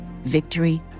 victory